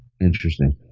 Interesting